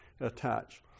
attached